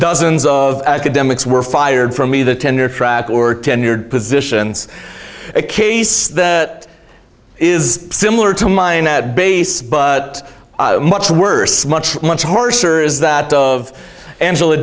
dozens of academics were fired from either tenure track or tenured positions a case that is similar to mine at base but much worse much much harsher is that of angela